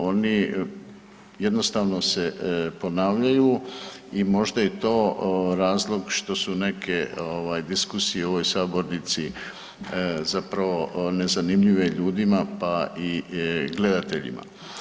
Oni jednostavno se ponavljaju i možda je to razlog što su neke ovaj diskusije u ovoj sabornici zapravo nezanimljive ljudima, pa i gledateljima.